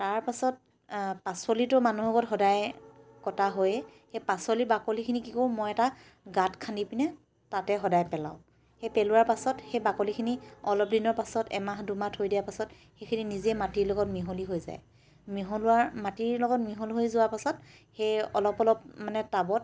তাৰ পাছত পাচলিতো মানুহৰ ঘৰত সদায় কটা হয়েই সেই পাচলিৰ বাকলিখিনি কি কৰোঁ মই এটা গাঁত খান্দি পিনে তাতে সদায় পেলাওঁ সেই পেলোৱাৰ পাছত সেই বাকলিখিনি অলপদিনৰ পাছত এমাহ দুমাহ থৈ দিয়া পাছত সেইখিনি নিজেই মাটিৰ লগত মিহলি হৈ যায় মিহলোৱাৰ মাটিৰ লগত মিহল হৈ যোৱাৰ পাছত সেই অলপ অলপ মানে টাবত